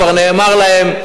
כבר נאמר להם,